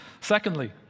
Secondly